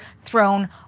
thrown